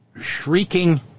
shrieking